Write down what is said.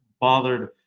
bothered